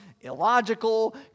illogical